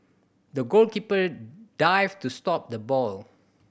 the goalkeeper dived to stop the ball